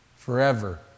forever